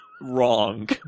wrong